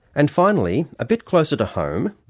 and finally, a bit closer to home,